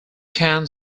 kan